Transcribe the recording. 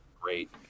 great